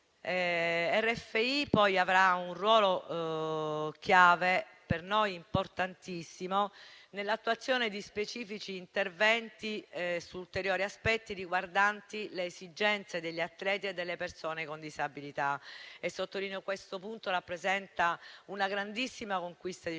RFI, poi, avrà un ruolo chiave, per noi importantissimo, nell'attuazione di specifici interventi su ulteriori aspetti riguardanti le esigenze degli atleti e delle persone con disabilità. Questo punto rappresenta una grandissima conquista di civiltà.